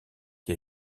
qui